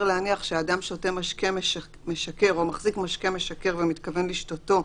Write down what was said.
להניח שאדם שותה משקה משכר או מחזיק משקה משכר ומתכוון לשתותו,